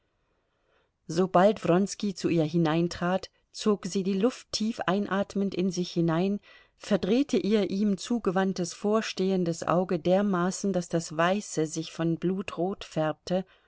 sobald wronski zu ihr hineintrat zog sie die luft tief einatmend in sich hinein verdrehte ihr ihm zugewandtes vorstehendes auge dermaßen daß das weiße sich von blut rot färbte